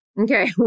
Okay